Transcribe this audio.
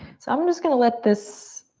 so i'm just gonna let this